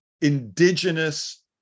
indigenous